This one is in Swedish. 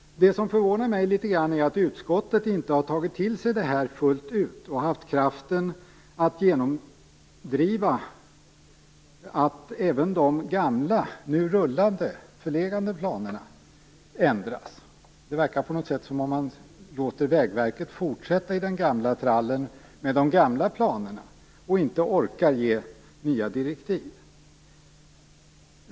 Det som förvånar mig litet grand är att utskottet inte har tagit till sig detta fullt ut och har haft kraften att genomdriva att även de gamla nu rullande men förlegade planerna ändras. Det verkar på något sätt som om man låter Vägverket fortsätta i den gamla trallen med de gamla planerna och inte orkar ge nya direktiv.